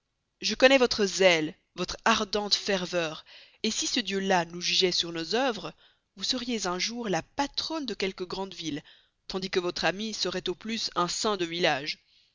je connais votre zèle votre ardente ferveur si ce dieu là comme l'autre nous juge sur nos œuvres vous serez un jour la patronne de quelque grande ville tandis que votre ami sera au plus un saint de village